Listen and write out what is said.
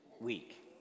week